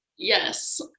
Yes